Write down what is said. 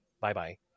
Bye-bye